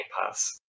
Pass